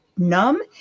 numb